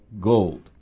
gold